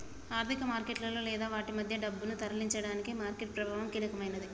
ఆర్థిక మార్కెట్లలో లేదా వాటి మధ్య డబ్బును తరలించడానికి మార్కెట్ ప్రభావం కీలకమైనది